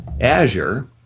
Azure